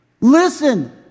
Listen